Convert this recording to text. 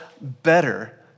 better